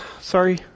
Sorry